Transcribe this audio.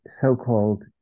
so-called